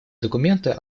документы